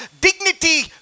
dignity